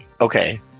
Okay